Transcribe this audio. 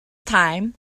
time